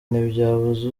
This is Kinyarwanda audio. ntibyabuza